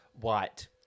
White